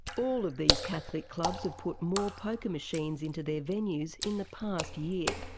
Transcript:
all of these catholic clubs have put more poker machines into their venues in the past year,